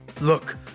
Look